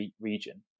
region